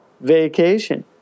vacation